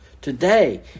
today